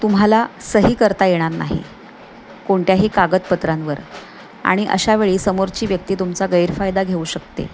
तुम्हाला सही करता येणार नाही कोणत्याही कागदपत्रांवर आणि अशावेळी समोरची व्यक्ती तुमचा गैरफायदा घेऊ शकते